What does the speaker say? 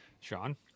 Sean